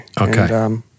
Okay